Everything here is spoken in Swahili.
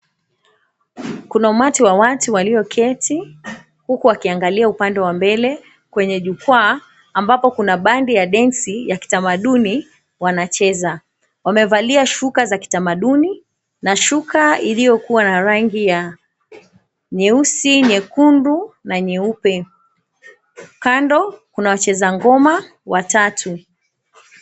Kuna umati wawatu walioketi huku wakiangalia upande wa mbele kwenye jukwaaa ambapo kuna bandi ya densi ya kitamaduni wanacheza, wamevalia shuka za kitamaduni na shuka iliyokuwa na rangi ya nyeusi, nyekundu na nyeupe, kando kuna wacheza ngoma watatu.